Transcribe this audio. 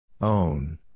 Own